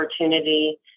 opportunity